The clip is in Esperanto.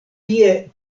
tie